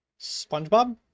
SpongeBob